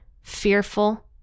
fearful